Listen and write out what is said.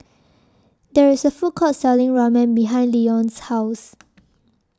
There IS A Food Court Selling Ramen behind Leon's House